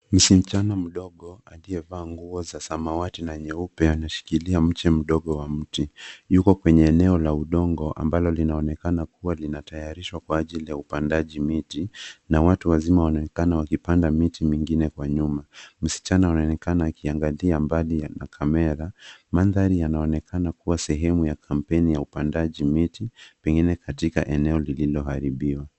Msichana mdogo aliyevaa nguo za samawati na nyeupe anashikilia mche mdogo wa mti. Yuko kwenye eneo la udongo ambalo linaonekana kuwa linatayarishwa kwa ajili ya upandaji miti na watu wazima wanaonekana wakipanda miti mingine kwa nyuma. Msichana anaonekana akiangalia mbali ya kamera. Mandhari yanaonekana kuwa sehemu ya kampeni ya upandaji miti, pengine katika eneo lililoharibiwa.